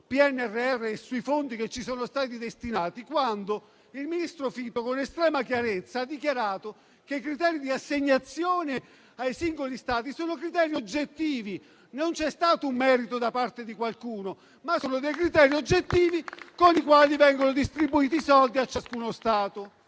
PNRR e sui fondi che ci sono stati destinati quando il ministro Fitto, con estrema chiarezza, ha dichiarato che i criteri di assegnazione ai singoli Stati sono oggettivi. Non c'è stato un merito da parte di qualcuno, perché i criteri con i quali vengono distribuiti i soldi a ciascuno Stato